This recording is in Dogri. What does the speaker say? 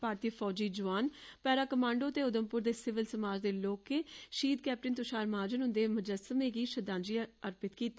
भारतीय फौजी जुआन पैरा कमांडो ते उघमपुर दे सिविल समाज दे लोकें शहीद कैप्टन तुशार महाजन हुंदे मुजसमें गी श्रद्दांजलि अर्पित कीती